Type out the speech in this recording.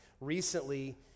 recently